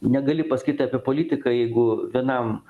negali paskyt apie politiką jeigu vienam